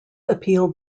appealed